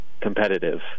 competitive